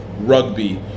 RUGBY